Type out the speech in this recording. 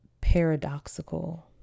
paradoxical